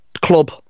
club